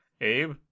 Abe